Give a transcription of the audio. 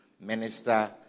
minister